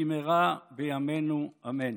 במהרה בימינו, אמן.